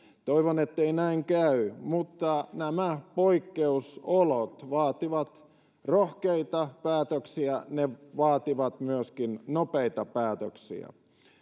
toivon ettei näin käy mutta nämä poikkeusolot vaativat rohkeita päätöksiä ja ne vaativat myöskin nopeita päätöksiä